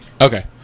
Okay